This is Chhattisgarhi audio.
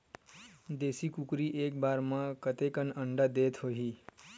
देशी कुकरी एक बार म कतेकन अंडा देत होही?